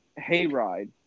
hayride